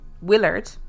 Willard